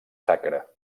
sacre